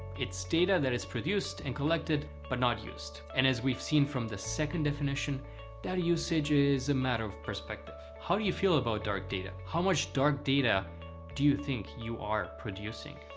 it's data that is produced and collected, but not used and as we've seen from the second definition that usage is a matter of perspective. how do you feel about dark data? how much dark data do you think you are producing?